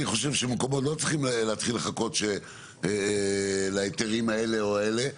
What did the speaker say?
אני חושב שלא צריכים להתחיל לחכות להיתרים האלה או האלה,